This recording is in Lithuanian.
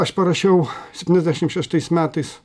aš parašiau septyniasdešim šeštais metais